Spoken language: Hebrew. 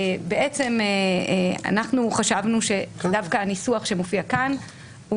אנחנו חשבנו שדווקא הניסוח שמופיע כאן הוא